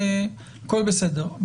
הכול בסדר,